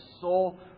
soul